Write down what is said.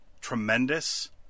tremendous